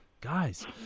Guys